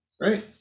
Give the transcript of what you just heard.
Right